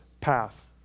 path